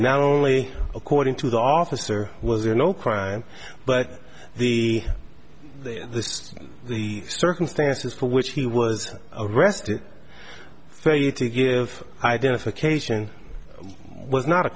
now only according to the officer was there no crime but the this is the circumstances for which he was arrested failed to give identification was not a